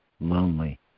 lonely